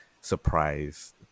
surprise